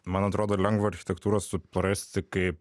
man atrodo ir lengva architektūrą suprasti kai